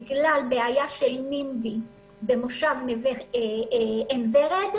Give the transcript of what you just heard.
בגלל בעיה של נמב"י במושב עין ורד,